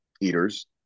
eaters